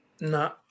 No